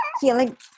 feeling